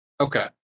Okay